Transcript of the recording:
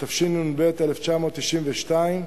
התשנ"ב 1992,